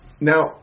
Now